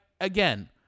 again